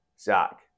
Zach